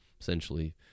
essentially